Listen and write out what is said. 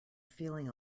feeling